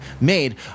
made